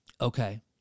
Okay